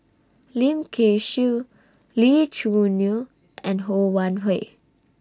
Lim Kay Siu Lee Choo Neo and Ho Wan Hui